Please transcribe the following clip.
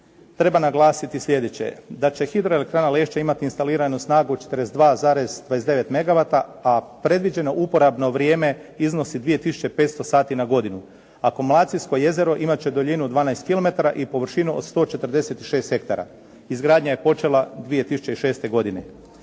treba naglasiti sljedeće, da će hidroelektrana Lešće imati instaliranu snagu od 42,29 megavata a predviđeno uporabno vrijeme iznosi 2500 sati na godinu. Akumulacijsko jezero imat će duljinu od 12 km i površinu od 146 ha. Izgradnja je počela 2006. godine.